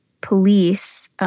police—